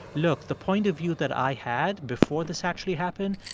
look, the point of view that i had before this actually happened,